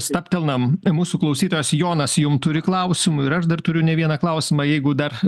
stabtelnam mūsų klausytojas jonas jum turi klausimų ir aš dar turiu ne vieną klausimą jeigu dar